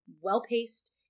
well-paced